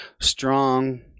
strong